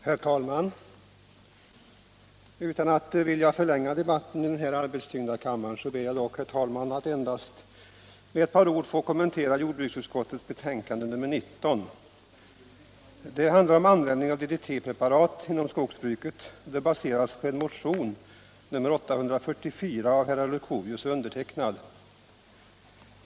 Herr talman! Utan att vilja förlänga debatten i denna arbetstyngda kammare ber jag, herr talman, att endast med några ord få kommentera jordbruksutskottets betänkande nr 19. Det handlar om användning av DDT-preparat inom skogsbruket och baseras på en motion, nr 844, av herr Leuchovius och mig.